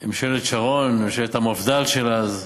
ממשלת שרון, ממשלת המפד"ל של אז,